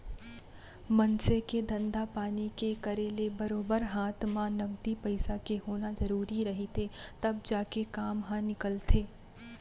मनसे के धंधा पानी के करे ले बरोबर हात म नगदी पइसा के होना जरुरी रहिथे तब जाके काम ह निकलथे